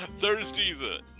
Thursday